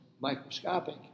microscopic